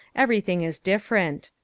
everything is different.